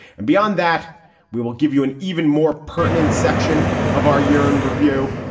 and beyond that we will give you an even more pertinent section of our year in review.